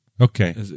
Okay